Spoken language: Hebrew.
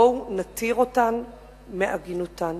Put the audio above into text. בואו נתיר אותן מעגינותן.